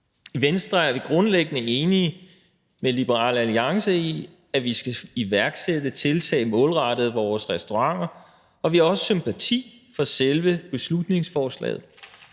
I Venstre er vi grundlæggende enige med Liberal Alliance i, at vi skal iværksætte tiltag målrettet vores restauranter, og vi har også sympati for selve beslutningsforslaget.